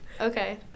Okay